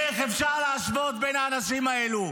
איך אפשר להשוות בין האנשים האלו?